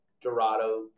Dorado